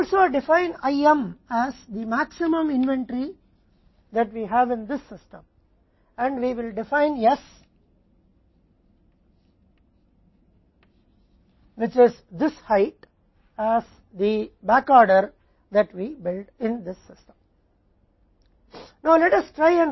हम इस प्रणाली में हमारे पास मौजूद अधिकतम इंवेंट्री के रूप में भी परिभाषित करेंगे और हम एस को परिभाषित करेंगे जो कि इस व्यवस्था में निर्मित बैक ऑर्डर के रूप में ऊंचाई है